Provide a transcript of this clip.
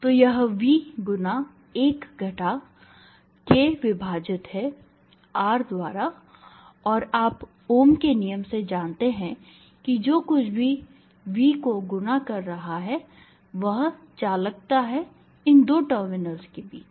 तो यह V गुना 1 घटा k विभाजित है R द्वारा और आप ओम के नियम ohm's law से जानते हैं कि जो कुछ भी V को गुणा कर रहा है वह चालकता है इन दो टर्मिनल्स के बीच